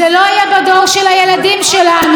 זה לא יהיה בדור של הילדים שלנו,